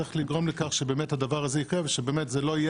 צריך לגרום לכך שבאמת הדבר הזה יקרה ושזאת לא תהיה